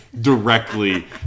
directly